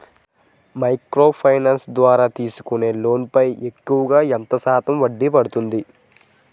Micro finance ద్వారా తీసుకునే loan పై ఎక్కువుగా ఎంత శాతం వడ్డీ పడుతుంది?